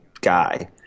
guy